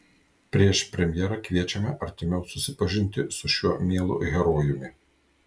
prieš premjerą kviečiame artimiau susipažinti su šiuo mielu herojumi